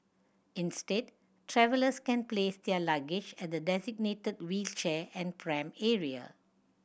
instead travellers can place their luggage at the designated wheelchair and pram area